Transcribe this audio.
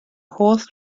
holl